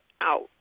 out